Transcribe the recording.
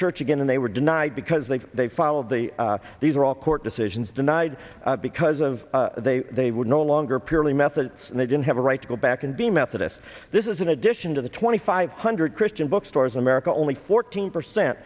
church again and they were denied because they they followed the these are all court decisions denied because of they they would no longer purely methodists and they didn't have a right to go back and be methodist this is in addition to the twenty five hundred christian bookstores in america only fourteen percent